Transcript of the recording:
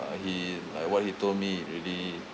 uh he like what he told me really